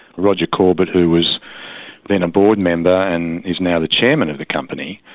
roger corbett, who was then a board member and is now the chairman of the company,